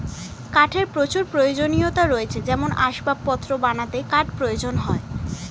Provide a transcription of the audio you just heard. কাঠের প্রচুর প্রয়োজনীয়তা রয়েছে যেমন আসবাবপত্র বানাতে কাঠ প্রয়োজন হয়